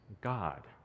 God